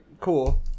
cool